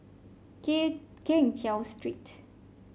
Keng Cheow Street